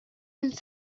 and